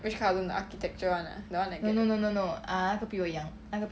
which cousin the architecture [one] the one that get you